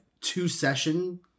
two-session